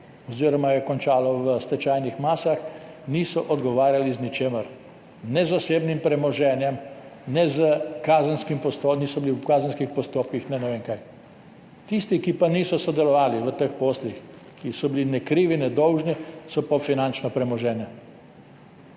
oziroma je končalo v stečajnih masah, niso odgovarjali z ničemer – ne z osebnim premoženjem, niso bili v kazenskih postopkih, ne vem kaj, tisti, ki pa niso sodelovali v teh poslih, ki niso bili krivi in ne dolžni, so pa ob finančno premoženje.